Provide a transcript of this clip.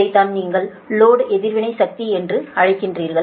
இதைத்தான் நீங்கள் லோடு எதிர்வினை சக்தி என்று அழைக்கிறீர்கள்